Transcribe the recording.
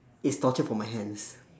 it's torture for my hands